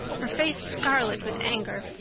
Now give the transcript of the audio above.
her face scarlet with anger,